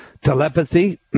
Telepathy